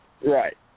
Right